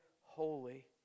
holy